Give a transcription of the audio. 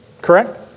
correct